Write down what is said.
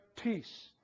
peace